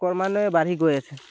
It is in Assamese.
ক্ৰমান্বয়ে বাঢ়ি গৈ আছে